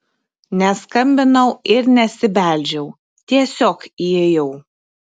neskambinau ir nesibeldžiau tiesiog įėjau